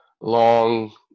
long